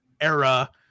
era